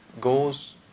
goes